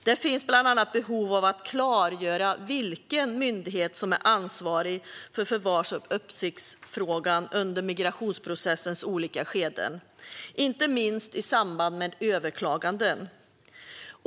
Det finns bland annat behov av att klargöra vilken myndighet som är ansvarig för förvars och uppsiktsfrågan under migrationsprocessens olika skeden, inte minst i samband med överklaganden.